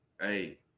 hey